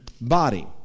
body